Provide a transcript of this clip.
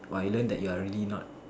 !wah! I learn that you are really not